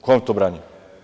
Ko vam to brani?